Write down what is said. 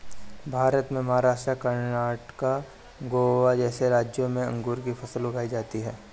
भारत में महाराष्ट्र, कर्णाटक, गोवा जैसे राज्यों में अंगूर की फसल उगाई जाती हैं